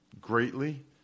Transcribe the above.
greatly